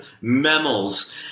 mammals